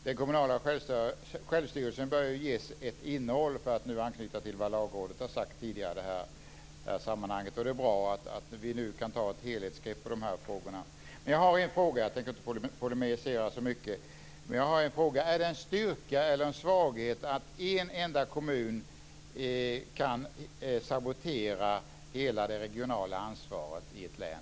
Den kommunala självstyrelsen bör ges ett innehåll, för att anknyta till vad Lagrådet tidigare sagt i det här sammanhanget. Det är bra att vi nu kan ta ett helhetsgrepp om de här frågorna. Jag tänker inte polemisera särskilt mycket med statsrådet, men jag har en fråga: Är det en styrka eller en svaghet att en enda kommun kan sabotera hela det regionala ansvaret i ett län?